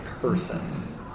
person